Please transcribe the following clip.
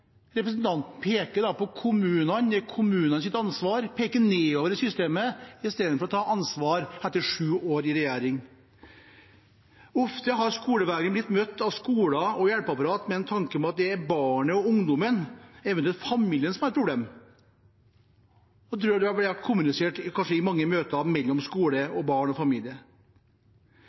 representanten peker på kommunene – det er kommunenes ansvar – og peker nedover i systemet, i stedet for å ta ansvar etter sju år i regjering. Ofte har skolevegring blitt møtt av skoler og hjelpeapparat med en tanke om at det er barnet og ungdommen, eventuelt familien, som er problemet. Det tror jeg kanskje er blitt kommunisert i mange møter mellom skole og barn og familie.